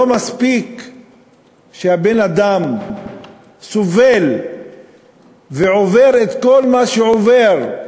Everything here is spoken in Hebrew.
לא מספיק שהבן-אדם סובל ועובר את כל מה שהוא עובר?